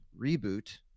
reboot